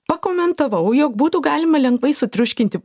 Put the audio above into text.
pakomentavau jog būtų galima lengvai sutriuškinti